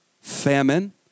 famine